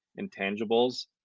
intangibles